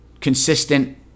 consistent